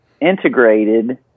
integrated